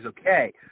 okay